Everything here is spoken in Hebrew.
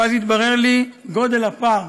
ואז התברר לי גודל הפער